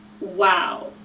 wow